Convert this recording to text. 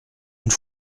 une